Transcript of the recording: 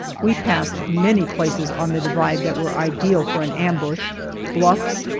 we passed many places on the divide that were ideal for an ambush bluffs,